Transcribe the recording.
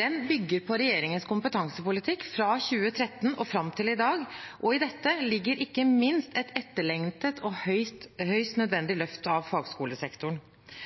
Den bygger på regjeringens kompetansepolitikk fra 2013 og fram til i dag, og i dette ligger ikke minst et etterlengtet og høyst nødvendig løft av fagskolesektoren.